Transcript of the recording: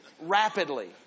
rapidly